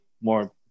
more